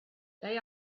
they